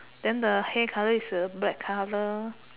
then the hair colour is a black colour